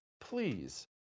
Please